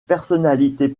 personnalités